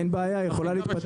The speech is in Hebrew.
אין בעיה, היא תוכל להתפתח.